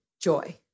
joy